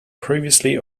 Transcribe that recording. previously